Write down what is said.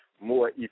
more